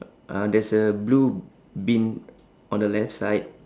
uh there's a blue bin on the left side